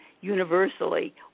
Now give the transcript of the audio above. universally